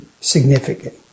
significant